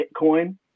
Bitcoin